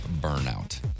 burnout